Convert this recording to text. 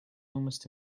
almost